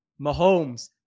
Mahomes